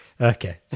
Okay